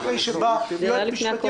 זה קשור למשמעת אזרחית.